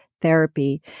therapy